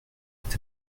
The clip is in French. est